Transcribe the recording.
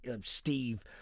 Steve